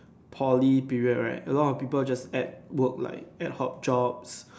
Poly period right a lot of people just add work like ad hoc jobs